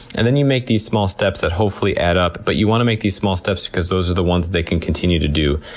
and then you make these small steps that hopefully add up, but you want to make these small steps because those are the ones they can continue to do.